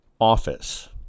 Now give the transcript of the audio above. office